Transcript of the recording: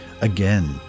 again